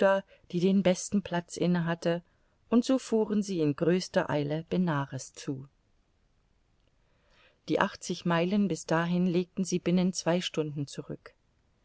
die den besten platz inne hatte und so fuhren sie in größter eile benares zu die achtzig meilen bis dahin legten sie binnen zwei stunden zurück